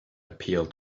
appeal